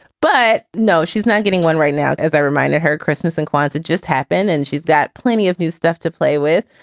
but no, she's not getting one right now. as i reminded her. christmas and kwanzaa just happen. and she's that plenty of new stuff to play with.